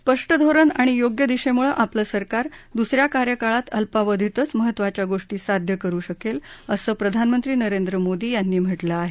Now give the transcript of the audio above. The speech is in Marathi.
स्पष्ट धोरण आणि योग्य दिशेमुळे आपलं सरकार दुस या कार्यकाळात अल्पावधीतच महत्त्वाच्या गोष्टी साध्य करु शकलं असं प्रधानमंत्री नरेंद्र मोदी यांनी म्हटलं आहे